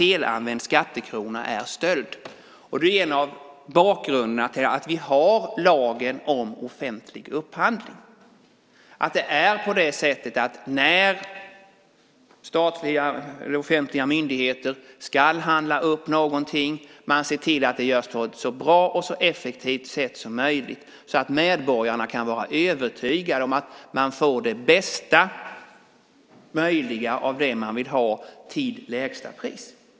En bakgrund till att vi har lagen om offentlig upphandling är att när statliga eller offentliga myndigheter ska handla upp någonting ska de se till att det görs på ett så bra och så effektivt sätt som möjligt, så att medborgarna kan vara övertygade om att man får det bästa möjliga av det som man vill ha till lägsta pris.